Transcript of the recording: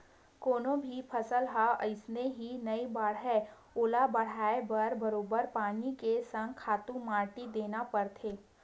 कोनो भी फसल ह अइसने ही नइ बाड़हय ओला बड़हाय बर बरोबर पानी के संग खातू माटी देना परथे